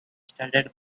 started